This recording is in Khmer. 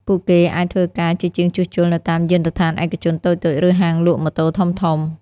ពួកគេអាចធ្វើការជាជាងជួសជុលនៅតាមយានដ្ឋានឯកជនតូចៗឬហាងលក់ម៉ូតូធំៗ។